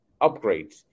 upgrades